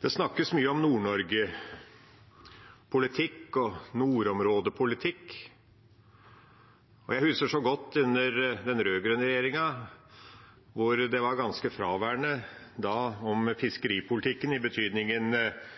Det snakkes mye om Nord-Norge, om politikk og nordområdepolitikk. Jeg husker godt under den rød-grønne regjeringa, at fiskeripolitikk i betydningen fiskeribefolkningens og lokalsamfunnene langs kystens tilgang til fisken var ganske fraværende da.